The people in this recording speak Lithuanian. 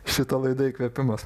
šita laida įkvėpimas